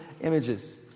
images